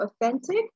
authentic